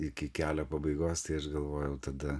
iki kelio pabaigos ir galvojau tada